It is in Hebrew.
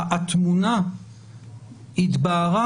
התמונה התבהרה